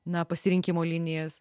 na pasirinkimo linijas